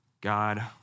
God